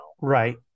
Right